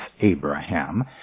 Abraham